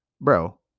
bro